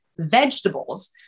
vegetables